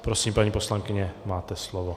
Prosím, paní poslankyně, máte slovo.